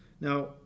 Now